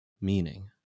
meaning